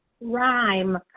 rhyme